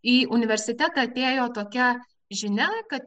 į universitetą atėjo tokia žinia kad į